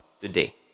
today